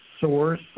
source